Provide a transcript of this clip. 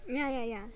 ya ya ya